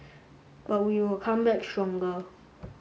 but we will come back stronger